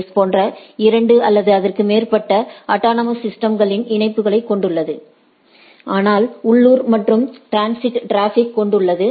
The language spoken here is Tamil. எஸ் போன்ற 2 அல்லது அதற்கு மேற்பட்ட அட்டானமஸ் சிஸ்டம்ஸ்களின் இணைப்பைக் கொண்டுள்ளது ஆனால் உள்ளூர் மற்றும் ட்ரான்சிட் டிராபிக்யை கொண்டுள்ளது